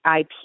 IP